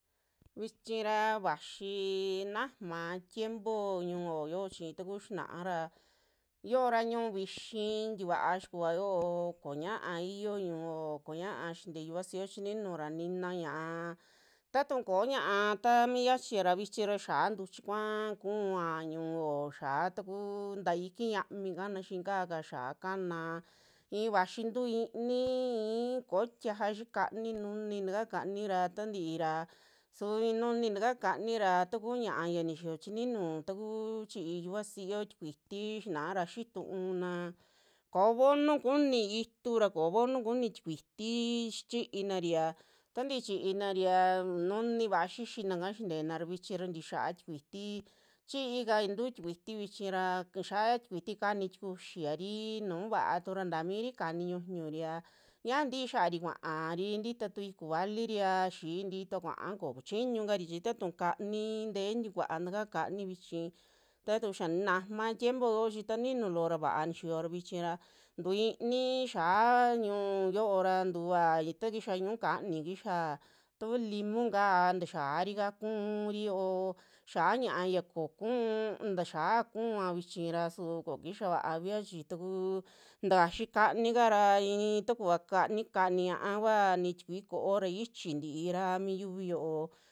Vichi ra vaxi na'ama tiempo ñu'oyo chi taku xinaa ra, yiora ñu'un vixi tikua xikua yoo kuñaa iyio ñu'uo, kuñaa xinte yuvasio chininu ra nina ñaa, tatun koo ñaa ta mi yachi ra vichi ra xiaa tuchi kua'a kuaa ñu'uo xiaa takuu ta iki xiami kaana xiika ka xia kana i'in vaxi ntuu inii, i'i koo tiaja xii kani nuni taaka kani ra tantii ra, su i'i nuni taka kanira taku ñaa ya nixiyo chininu, takuu chi'i yuvasio tikuiti xinaara xitu uuna koo vonu kuni itura, koo vonu kuni tikuiti chinari a tantii chinari, a nuni vaa xixinaka xintena ra vichira tixia tikuiti, chiikantu tikuiti vichi ra kixaya tikuiti kani tikuxiari, nu vaatu ra ntaa miri kani ñuñuri a yiaja tii xiari kuaari tiita iku valiri a xiintitua kuaa kokuchiñu kari chi tatuu kani ntee tikua taka kani vichi, taatu xia ninama tiempo'o chi taninu loo ra vaa nixiyo ra vichira tu inii xiaa ñu'uyo ra tuva, itakixa ñuu kani kixia tau limunka taxiarika ku'uri yo'o xia ña'a ya kuu taxia kuua vichira su kokixa vaavia chi takuu takaxi kanikara i'i takuva kani kanii ña'a kua ni tikui ko'o ra ichi tiira mi yuvi yo'o.